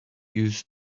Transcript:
used